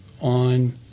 on